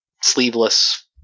Sleeveless